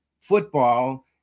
football